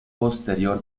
posterior